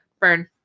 Burn